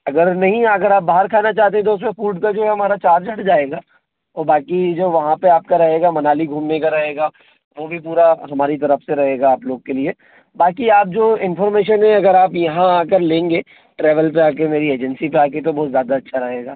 अगर नहीं अगर आप बाहर खाना चाहते हैं तो फ़ूड का जो है हमारा चार्ज हट जाएगा और बाकी जो वहाँ पे आप का रहेगा मनाली घूमने का रहेगा वो भी पूरा हमारी तरफ़ से रहेगा आप लोग के लिए बाकी आप जो इनफ़ार्मेशन है अगर आप यहाँ आ कर लेंगे ट्रैवल पे आके मेरी एजेंसी पे आके तो बहुत ज़्यादा अच्छा रहेगा